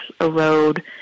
erode